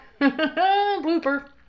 Blooper